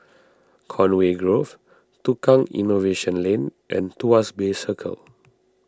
Conway Grove Tukang Innovation Lane and Tuas Bay Circle